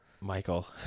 Michael